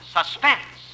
Suspense